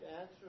answer